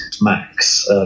Max